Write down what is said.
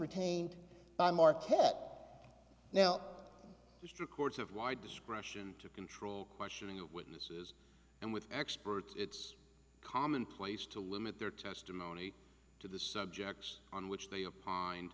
retained by market now district courts have wide discretion to control questioning of witnesses and with experts it's commonplace to limit their testimony to the subjects on which they a